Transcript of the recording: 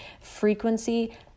frequency